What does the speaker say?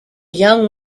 young